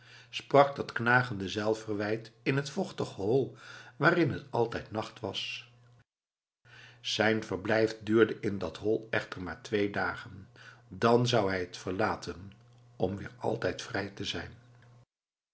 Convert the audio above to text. sprak dat knagende zelfverwijt in het vochtige hol waarin het altijd nacht was zijn verblijf duurde in dat hol echter maar twee dagen dan zou hij het verlaten om weer altijd vrij te zijn